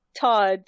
Todd